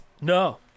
No